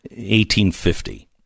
1850